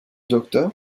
docteur